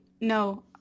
no